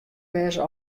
wêze